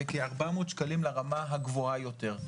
וכ-400 שקלים לרמה הגבוהה היותר.